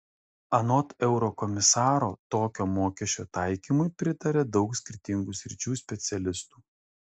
anot eurokomisaro tokio mokesčio taikymui pritaria daug skirtingų sričių specialistų